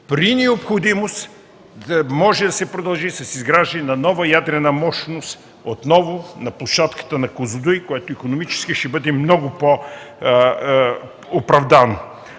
При необходимост може да се продължи с изграждане на нова ядрена мощност отново на площадката на Козлодуй, което икономически ще бъде много по-оправдано.